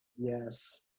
Yes